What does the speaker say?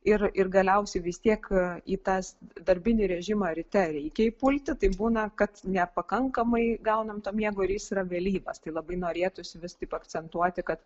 ir ir galiausiai vis tiek į tas darbinį režimą ryte reikia įpulti tai būna kad nepakankamai gauname to miego ir jis yra vėlyvas tai labai norėtųsi vis tik akcentuoti kad